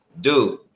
dude